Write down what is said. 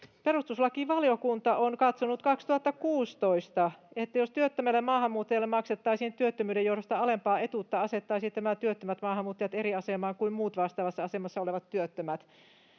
perustuslakivaliokunta on katsonut 2016, että jos työttömälle maahanmuuttajalle maksettaisiin työttömyyden johdosta alempaa etuutta, asettaisi tämä työttömät maahanmuuttajat eri asemaan kuin muut vastaavassa asemassa olevat työttömät.